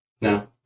No